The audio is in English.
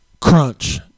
Crunch